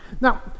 Now